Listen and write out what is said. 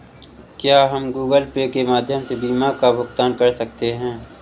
क्या हम Google Pay के माध्यम से बीमा का भुगतान कर सकते हैं?